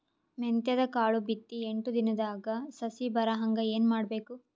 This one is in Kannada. ಮೆಂತ್ಯದ ಕಾಳು ಬಿತ್ತಿ ಎಂಟು ದಿನದಾಗ ಸಸಿ ಬರಹಂಗ ಏನ ಮಾಡಬೇಕು?